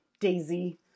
Daisy